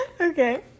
okay